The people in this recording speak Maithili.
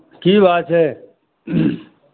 की भाओ छै